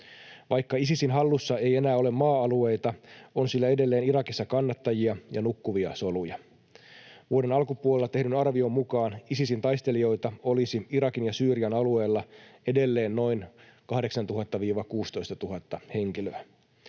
Vaikka Isisin hallussa ei enää ole maa-alueita, on sillä edelleen Irakissa kannattajia ja nukkuvia soluja. Vuoden alkupuolella tehdyn arvion mukaan Isisin taistelijoita olisi Irakin ja Syyrian alueella edelleen noin 8 000—16 000 henkilöä.